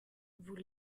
vous